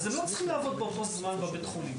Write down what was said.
אז הם לא צריכים לעבוד באותו זמן בבית חולים.